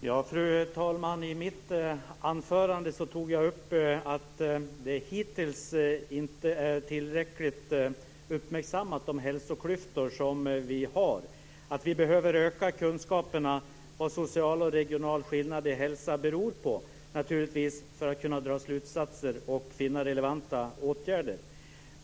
Fru talman! I mitt anförande tog jag upp att de hälsoklyftor vi har hittills inte har uppmärksammats tillräckligt och att vi behöver öka kunskaperna om vad sociala och regionala skillnader i hälsa beror på, naturligtvis för att kunna dra slutsatser och finna relevanta åtgärder.